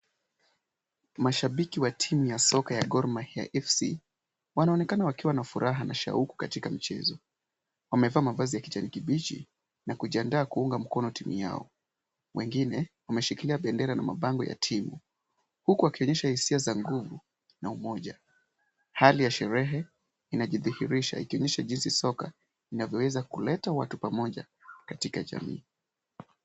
Mashabiki wa timu ya soka ya Gor Mahia FC wanaonekana wakiwa na furaha na shauku katika michezo. Wamevaa mavazi ya kijani kibichi na kujiandaa kuunga mkono timu yao. Wengine wameshikilia bendera na mabango ya timu, huku wakionyesha hisia za nguvu na umoja. Hali ya sherehe inajidhihirisha ikionyesha jinsi soka inavyoweza kuleta watu pamoja katika jamii.